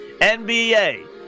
NBA